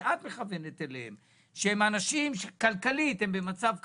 שאת מכוונת אליהם - אנשים שכלכלית הם במצב קשה,